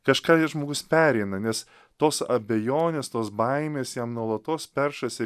kažką žmogus pereina nes tos abejonės tos baimės jam nuolatos peršasi